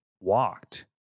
walked